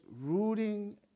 rooting